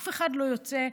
אף אחד לא יוצא,